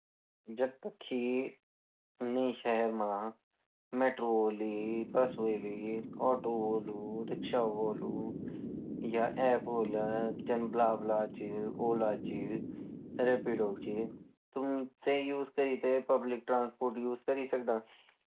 जख कखि नये शहर मा मेट्रो होली ,बस होलिन ,ऑटो होलु, रिक्शा होलु या अप्प होला जन बला बला ची ,रपिडोची ,उबेर ची तुम ते उसे करीते पब्लिक ट्रांसपोर्ट उसे कृ सकदा